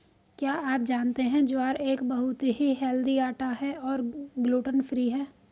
क्या आप जानते है ज्वार एक बहुत ही हेल्दी आटा है और ग्लूटन फ्री है?